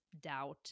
doubt